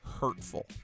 hurtful